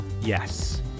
Yes